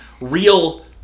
real